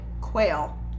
quail